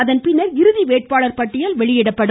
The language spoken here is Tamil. அதன் பின்னர் இறுதி வேட்பாளர் பட்டியல் வெளியிடப்படும்